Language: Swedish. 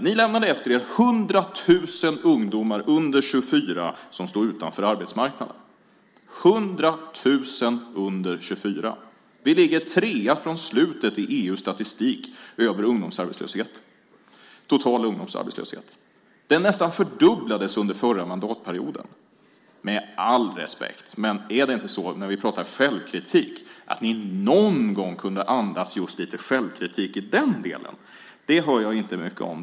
Ni lämnade efter er 100 000 ungdomar under 24 års ålder som står utanför arbetsmarknaden. Vi ligger trea från slutet i EU:s statistik över total ungdomsarbetslöshet. Den nästan fördubblades under förra mandatperioden. Med all respekt, men är det inte så att när vi pratar självkritik att ni någon gång kunde andas just lite självkritik i den delen? Det hör jag inte mycket om.